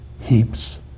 heaps